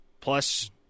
plus